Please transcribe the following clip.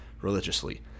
religiously